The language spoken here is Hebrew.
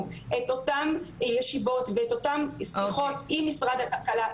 את אותן ישיבות ואת אותן שיחות עם משרד הכלכלה,